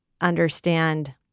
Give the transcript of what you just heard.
understand